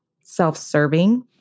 self-serving